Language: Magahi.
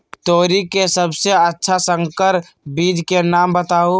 तोरी के सबसे अच्छा संकर बीज के नाम बताऊ?